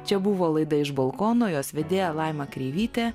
čia buvo laida iš balkono jos vedėja laima kreivytė